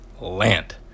Land